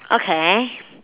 okay